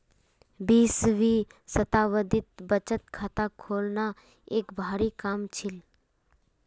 बीसवीं शताब्दीत बचत खाता खोलना एक भारी काम छील